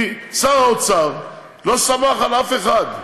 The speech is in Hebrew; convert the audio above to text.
כי שר האוצר לא סמך על אף אחד.